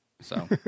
So-